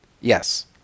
Yes